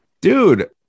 Dude